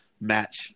match